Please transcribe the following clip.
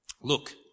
look